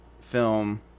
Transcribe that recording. film